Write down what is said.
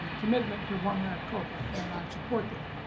commitment to one maricopa. and i support that.